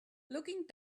looking